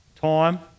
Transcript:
Time